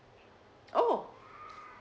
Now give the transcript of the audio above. oh